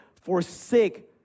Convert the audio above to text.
forsake